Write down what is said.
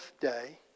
day